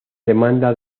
demanda